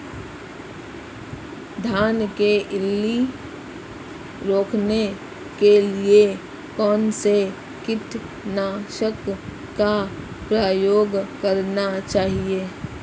धान में इल्ली रोकने के लिए कौनसे कीटनाशक का प्रयोग करना चाहिए?